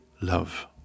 love